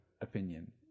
opinion